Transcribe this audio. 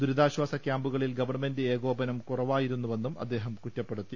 ദുരിതാശ്വാസ ക്യാമ്പുകളിൽ ഗവൺമെന്റ് ഏകോപനം കുറവായിരുന്നുവെന്നും അദ്ദേഹം കുറ്റ പ്പെടുത്തി